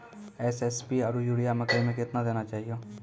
SSP आरु urea मकई मे कितना देना चाहिए?